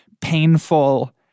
painful